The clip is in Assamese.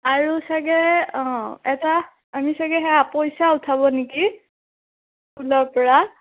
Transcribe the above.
আৰু চাগে অঁ এটা আমি চাগে সেয়া পইচা উঠাব নেকি স্কুলৰ পৰা